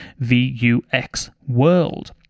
VUXWORLD